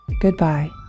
Goodbye